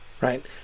right